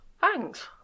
Thanks